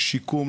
לשיקום,